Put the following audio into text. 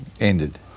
ended